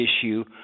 issue